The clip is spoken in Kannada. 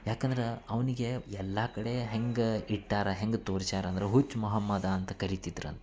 ಯಾಕಂದ್ರೆ ಅವನಿಗೆ ಎಲ್ಲ ಕಡೆ ಹೆಂಗೆ ಇಟ್ಟಾರೆ ಹೆಂಗೆ ತೋರ್ಸ್ಯಾರೆ ಅಂದ್ರೆ ಹುಚ್ಚು ಮೊಹಮ್ಮದ ಅಂತ ಕರಿತಿದ್ರಂತೆ